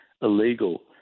illegal